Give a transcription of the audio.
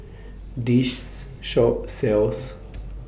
This Shop sells